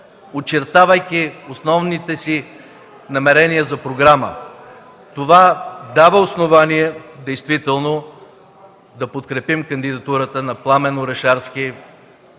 очертавайки основните си намерения за програма. Това дава основание действително да подкрепим кандидатурата на Пламен Орешарски